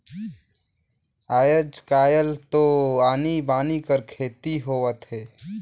आयज कायल तो आनी बानी कर खेती होवत हे